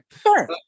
Sure